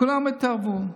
כולם התערבו.